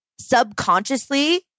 subconsciously